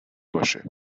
باشه